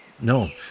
no